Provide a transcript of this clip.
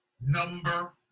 number